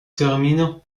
termine